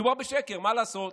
מדובר בשקר, מה לעשות?